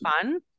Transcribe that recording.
fun